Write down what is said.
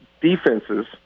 defenses